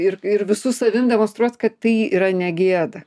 ir ir visu savim demonstruot kad tai yra ne gėda